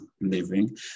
living